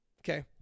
Okay